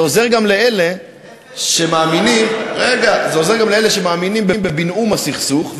זה עוזר גם לאלה שמאמינים בבינאום הסכסוך,